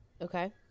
Okay